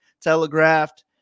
telegraphed